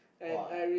what